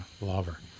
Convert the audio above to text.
lover